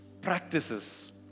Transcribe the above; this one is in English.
practices